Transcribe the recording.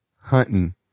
Hunting